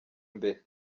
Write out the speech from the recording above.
mbere